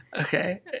okay